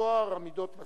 וטוהר המידות בספורט.